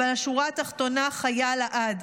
אבל השורה התחתונה חיה לעד: